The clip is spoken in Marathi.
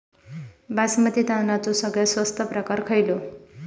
बासमती तांदळाचो सगळ्यात स्वस्त प्रकार खयलो?